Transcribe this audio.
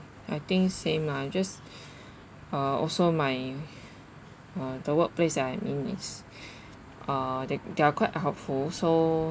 I think same lah you just ah also my ah the work place that I am in is uh they they are quite helpful so